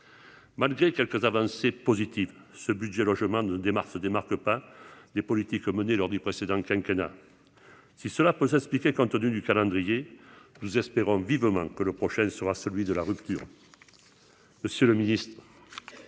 malgré quelques avancées positives, ce budget logement ne démarre se démarque par des politiques menées lors du précédent quinquennat si cela peut s'expliquer, tenu du calendrier nous espérons vivement que le prochaine sera celui de la rupture,